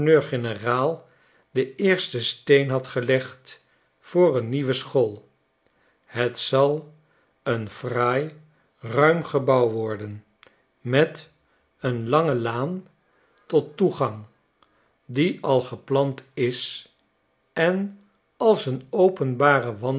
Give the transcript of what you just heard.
gouverneur-generaal den eersten steen had gelegd van een nieuwe school het zal een fraai ruim gebouw worden met een lange laantot toegang die al geplant is en als een openbare